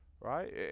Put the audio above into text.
Right